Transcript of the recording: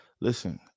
Listen